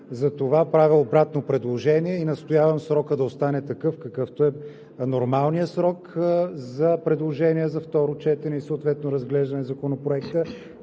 Затова правя обратно предложение и настоявам срокът да остане такъв, какъвто е нормалният срок за предложения за второ четене и съответно разглеждане на Законопроекта,